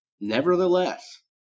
Nevertheless